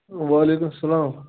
وعلیکُم سَلام